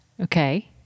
Okay